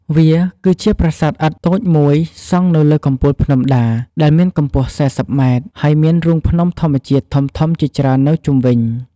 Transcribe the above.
វាគឺជាប្រាសាទឥដ្ឋតូចមួយសង់នៅលើកំពូលភ្នំដាដែលមានកម្ពស់ ៤០ ម៉ែត្រ ហើយមានរូងភ្នំធម្មជាតិធំៗជាច្រើននៅជុំវិញ។